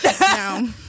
no